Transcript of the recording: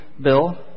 bill